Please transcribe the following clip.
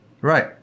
Right